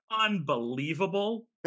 unbelievable